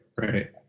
right